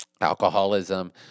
alcoholism